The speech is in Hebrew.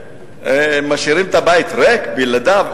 משאירים את הבית ריק, בלעדיו?